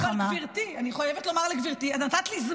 גברתי השופטת,